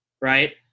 right